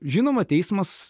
žinoma teismas